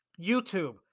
YouTube